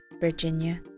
Virginia